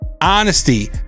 Honesty